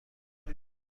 کنید